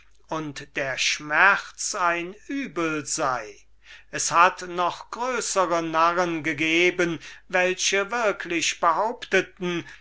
und der schmerz ein übel sei es hat noch größere narren gegeben welche würklich behaupteten